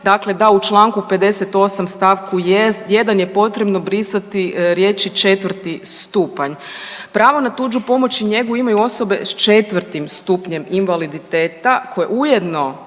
dakle da u čl. 58 st. 1 je potrebno brisati riječi "4. Stupanj". Pravo na tuđu pomoć i njegu imaju osobe s 4. Stupnjem invaliditeta koje ujedno